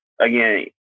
again